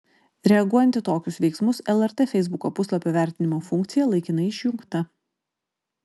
reaguojant į tokius veiksmus lrt feisbuko puslapio vertinimo funkcija laikinai išjungta